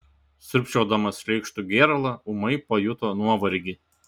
siurbčiodamas šleikštų gėralą ūmai pajuto nuovargį